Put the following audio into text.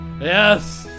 Yes